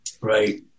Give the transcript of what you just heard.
Right